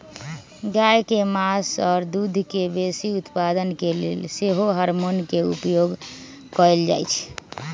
गाय के मास आऽ दूध के बेशी उत्पादन के लेल सेहो हार्मोन के उपयोग कएल जाइ छइ